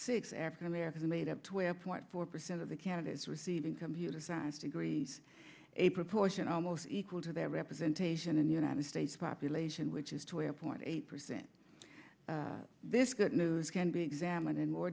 six african americans made up twelve point four percent of the candidates receiving computer science degrees a proportion almost equal to their representation in the united states population which is to a point eight percent this good news can be examined in more